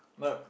but